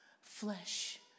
flesh